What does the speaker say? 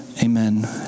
Amen